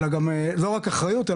לא רק אחריות,